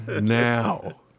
Now